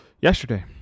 Yesterday